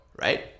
right